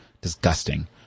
disgusting